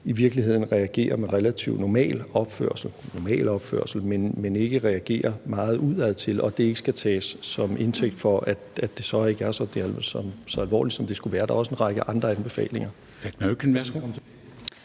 i virkeligheden reagerer med normal opførsel og ikke reagerer meget udadtil, men at det ikke skal tages til indtægt for, at det så ikke er så alvorligt, som det er. Og der er også en række andre anbefalinger.